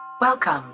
Welcome